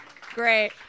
Great